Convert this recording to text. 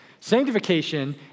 Sanctification